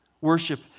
Worship